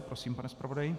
Prosím, pane zpravodaji.